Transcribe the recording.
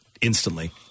instantly